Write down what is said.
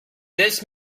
this